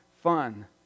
fun